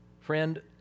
Friend